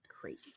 Crazy